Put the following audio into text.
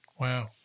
Wow